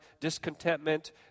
discontentment